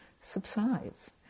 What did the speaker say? subsides